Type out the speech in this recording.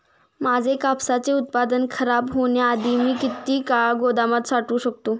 माझे कापसाचे उत्पादन खराब होण्याआधी मी किती काळ गोदामात साठवू शकतो?